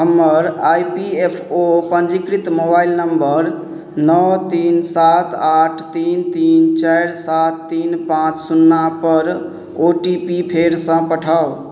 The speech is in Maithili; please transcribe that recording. हमर आइ पी एफ ओ पञ्जीकृत मोबाइल नम्बर नओ तीन सात आठ तीन तीन चारि सात तीन पाँच सुन्नापर ओ टी पी फेरसँ पठाउ